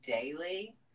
daily